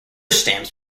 stamps